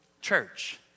church